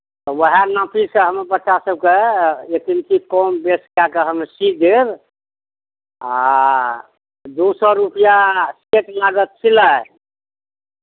तऽ उएह नापीसँ हम्मे बच्चा सभके एक इंची कम बेस कए कऽ हम सी देब आ दू सए रुपैआ सेट लागत सिलाइ